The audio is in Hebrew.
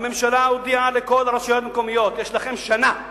הממשלה הודיעה לכל הרשויות המקומיות: יש לכן שנה.